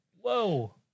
Whoa